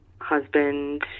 husband